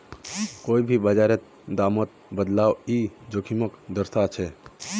कोई भी बाजारेर दामत बदलाव ई जोखिमक दर्शाछेक